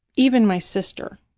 even my sister,